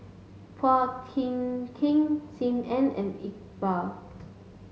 Phua Kiay Kiay Sim Ann and Iqbal